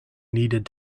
needed